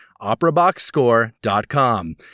operaboxscore.com